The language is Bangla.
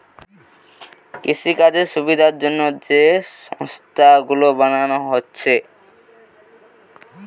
কৃষিকাজের সুবিধার জন্যে যে সংস্থা গুলো বানানা হচ্ছে